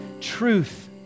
truth